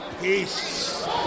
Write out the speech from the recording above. Peace